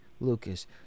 Lucas